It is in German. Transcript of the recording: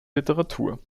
literatur